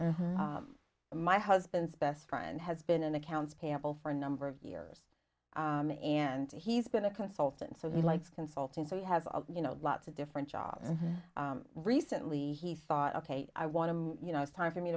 my husband's best friend has been an accounts payable for a number of years and he's been a consultant so he likes consulting so he has you know lots of different jobs and recently he thought ok i want to you know it's time for me